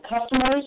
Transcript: customers